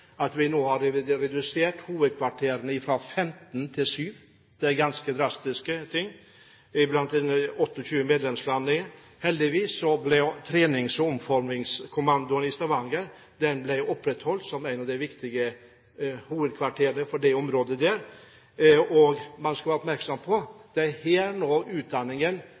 nå har redusert hovedkvarterene fra 15 til 7. Det er ganske drastisk blant 28 medlemsland. Heldigvis ble trenings- og omformingskommandoen i Stavanger opprettholdt som et av de viktige hovedkvarterene på det området. Man skal være oppmerksom på at det er her utdanningen til de ulike hovedkvarterstabene nå